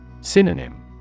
Synonym